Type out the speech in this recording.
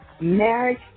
marriage